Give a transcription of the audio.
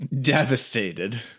Devastated